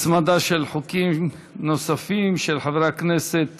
הצמדה של חוקים נוספים, של חברי הכנסת